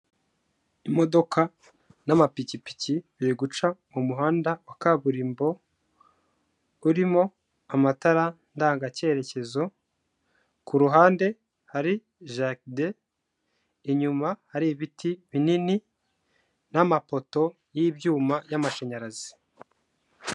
Imodoka n'amapikipiki biri guca mu muhanda wa kaburimbo, urimo amatara ndanga cyerekezo, ku ruhande hari jaride, inyuma hari ibiti binini n'amapoto y'ibyuma y'amashanyarazi.